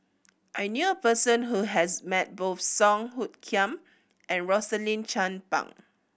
I knew a person who has met both Song Hoot Kiam and Rosaline Chan Pang